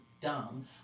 dumb